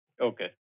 Okay